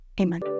Amen